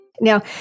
Now